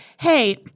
hey